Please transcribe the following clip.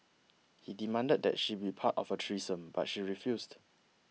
he demanded that she be part of a threesome but she refused